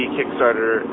Kickstarter